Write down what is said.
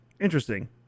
Interesting